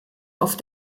auf